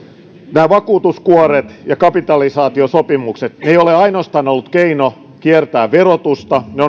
nämä vakuutuskuoret ja kapitalisaatiosopimukset eivät ole ainoastaan olleet keino kiertää verotusta ne